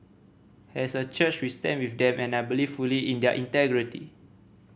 as a church we stand with them and I believe fully in their integrity